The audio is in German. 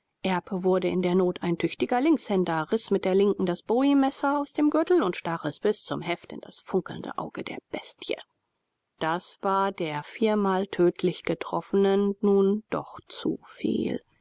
wurde in der not ein tüchtiger linkshänder riß mit der linken das bowiemesser aus dem gürtel und stach es bis zum heft in das funkelnde auge der bestie das war der viermal tödlich getroffenen doch zu viel